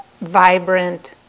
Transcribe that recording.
vibrant